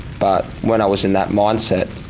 but when i was in that mindset,